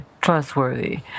trustworthy